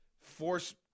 force